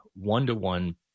one-to-one